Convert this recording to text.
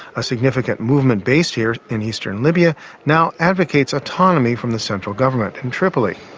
a significant movement based here in eastern libya now advocates autonomy from the central government in tripoli.